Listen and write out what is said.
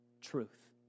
Truth